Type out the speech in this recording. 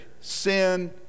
sin